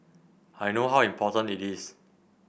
I know how important it is